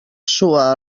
sua